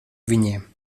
viņiem